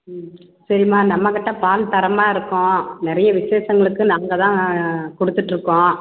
ம் சரிம்மா நம்மக்கிட்ட பால் தரமாக இருக்கும் நிறைய விசேஷங்களுக்கு நாங்கள் தான் கொடுத்துட்ருக்கோம்